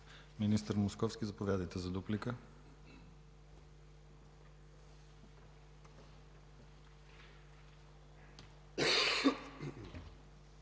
Министър Московски, заповядайте за дуплика.